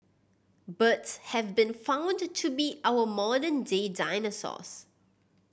birds have been found to be our modern day dinosaurs